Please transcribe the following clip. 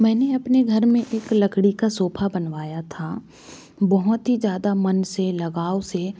मैंने अपने घर में एक लकड़ी का सोफ़ा बनवाया था बोहोंत ही ज़्यादा मन से लगाव से